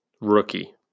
rookie